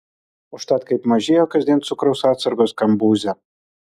užtat kaip mažėjo kasdien cukraus atsargos kambuze